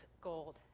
gold